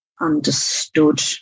understood